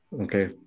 Okay